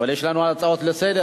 אבל יש לנו הצעות לסדר-היום,